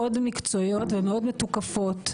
מאוד מקצועיות ומאוד מתוקפות,